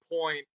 point